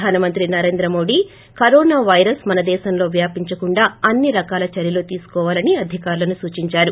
ప్రధానమంత్రి Narendra Modi corona virus మన దేశంలో వ్యాపించకుండా అన్ని రకాల చర్యలు తీసుకోవాలని అధికారులకు సూచించారు